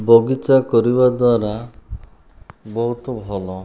ବଗିଚା କରିବା ଦ୍ୱାରା ବହୁତ ଭଲ